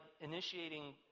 initiating